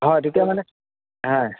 হয় তেতিয়া মানে হয়